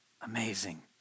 amazing